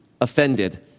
offended